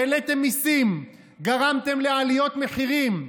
העליתם מיסים, גרמתם לעליות מחירים.